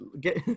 get